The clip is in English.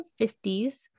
1950s